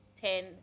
ten